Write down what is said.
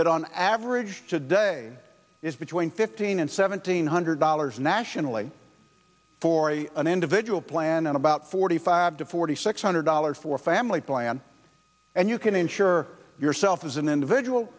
that on average today is between fifteen and seventeen hundred dollars nationally for an individual plan and about forty five to forty six hundred dollars for a family plan and you can insure yourself as an individual